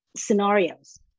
scenarios